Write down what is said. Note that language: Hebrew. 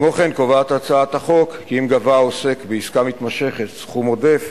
כמו כן קובעת הצעת החוק כי אם גבה העוסק בעסקה מתמשכת סכום עודף,